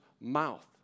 mouth